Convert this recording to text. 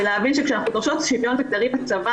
ולהבין שכשאנחנו דורשות שוויון מגדרי בצבא,